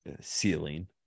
ceiling